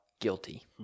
guilty